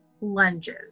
lunges